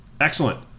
Excellent